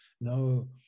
no